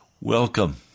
Welcome